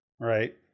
right